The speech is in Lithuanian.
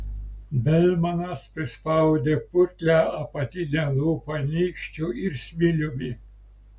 belmanas prispaudė putlią apatinę lūpą nykščiu ir smiliumi